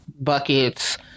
buckets